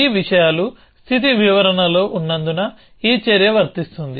ఈ విషయాలు స్థితి వివరణలో ఉన్నందున ఈ చర్య వర్తిస్తుంది